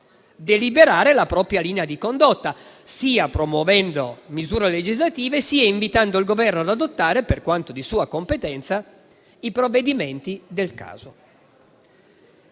deliberare la propria linea di condotta, sia promuovendo misure legislative, sia invitando il Governo ad adottare, per quanto di sua competenza, i provvedimenti del caso.